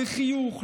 בחיוך,